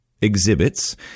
exhibits